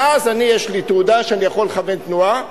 מאז יש לי תעודה שאני יכול לכוון תנועה.